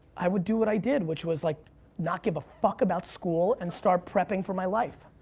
i would do what i did which was like not give a fuck about school and start prepping for my life.